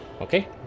okay